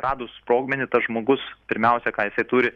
radus sprogmenį tas žmogus pirmiausia ką jisai turi